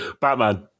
Batman